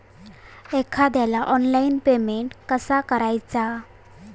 एखाद्याला online payment कसा करायचा?